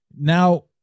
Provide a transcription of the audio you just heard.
now